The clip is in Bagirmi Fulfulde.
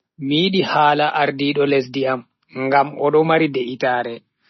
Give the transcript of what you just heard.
Mi yidi hala ardiido lesdi am ngam odo mari de'itaare.